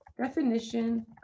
Definition